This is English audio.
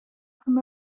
from